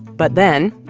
but then,